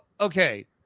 okay